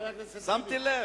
שמתי לב.